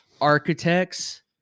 Architects